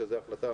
שזאת ההחלטה